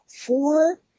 four